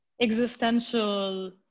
existential